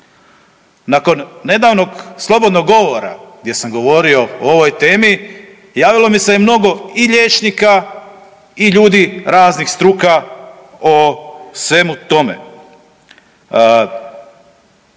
Nakon nedavnog slobodnog govora gdje sam govorio o ovoj temi javilo mi se je mnogo i liječnika i ljudi raznih struka o svemu tome.